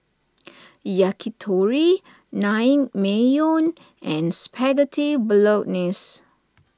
Yakitori Naengmyeon and Spaghetti Bolognese